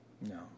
No